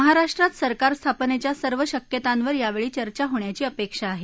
महाराष्ट्रात सरकार स्थापनेच्या सर्व शक्यतांवर यावेळी चर्चा होण्याची अपेक्षा आहे